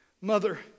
mother